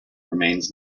remains